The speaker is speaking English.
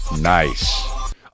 Nice